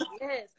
yes